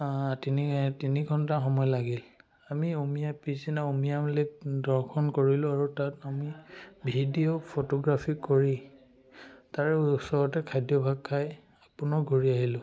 তিনি তিনি ঘণ্টা সময় লাগিল আমি উমিয়াম পিছদিনা উমিয়াম লে'ক দৰ্শন কৰিলোঁ আৰু তাত আমি ভিডিঅ' ফটোগ্ৰাফী কৰি তাৰে ওচৰতে খাদ্যভাগ খাই আপোনাৰ ঘূৰি আহিলোঁ